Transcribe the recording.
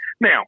Now